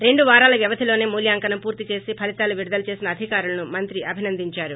రెండు వారాల వ్యవధిలోనే మూల్యాంకనం పూర్తి చేసి ఫలితాలు విడుదల చేసిన అధికారులను మంత్రి అభినందించారు